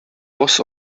was